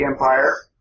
Empire